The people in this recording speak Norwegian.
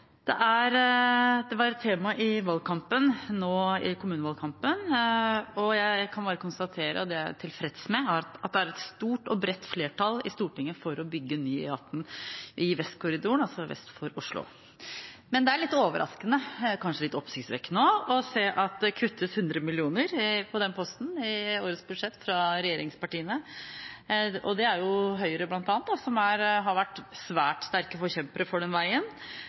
Det var et tema i kommunevalgkampen, og jeg kan bare konstatere – og det er jeg tilfreds med – at det er et stort og bredt flertall i Stortinget for å bygge ny E18 Vestkorridoren, altså vest for Oslo. Det er litt overraskende, kanskje litt oppsiktsvekkende også, å se at det kuttes 100 mill. kr på den posten i årets budsjett av regjeringspartiene. Det er bl.a. Høyre som har vært svært sterke forkjempere for den veien,